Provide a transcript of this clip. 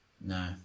No